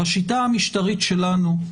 בשיטה המשטרית שלנו,